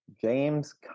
James